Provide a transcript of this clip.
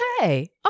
okay